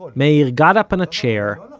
but meir yeah got up on a chair,